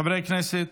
חברי הכנסת,